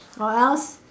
or else